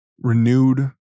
renewed